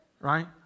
Right